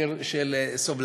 עיר של סובלנות,